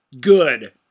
good